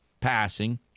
passing